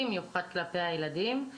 במיוחד כלפי הילדים.